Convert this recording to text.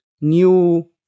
new